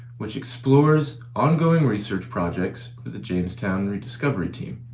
which explores ongoing research projects of the jamestown rediscovery team.